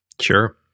Sure